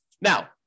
now